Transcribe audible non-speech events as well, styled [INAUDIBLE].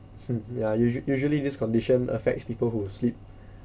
[BREATH] ya usua~ usually this condition affects people who sleep